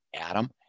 Adam